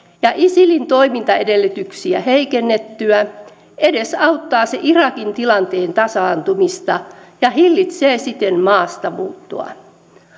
ja isilin toimintaedellytyksiä heikennettyä edesauttaa se irakin tilanteen tasaantumista ja hillitsee siten maastamuuttoa